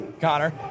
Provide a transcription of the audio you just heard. Connor